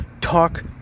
Talk